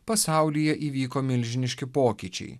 pasaulyje įvyko milžiniški pokyčiai